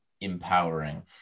empowering